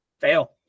Fail